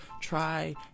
try